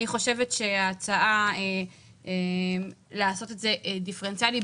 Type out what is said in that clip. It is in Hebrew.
אני חושבת שההצעה לעשות את זה דיפרנציאלי,